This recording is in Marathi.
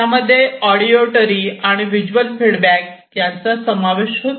यामध्ये ऑडिओटरी आणि व्हिज्युअल फीडबॅक यांचा समावेश होतो